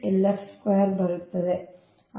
8 LF2 ಬರುತ್ತದೆ